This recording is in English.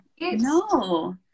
no